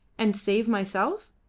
and save myself?